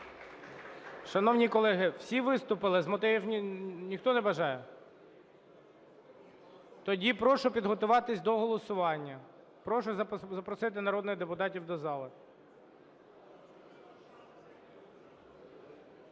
Шановні колеги, всі виступили, з мотивів, ніхто не бажає? Тоді прошу підготуватись до голосування. Прошу запросити народних депутатів до зали.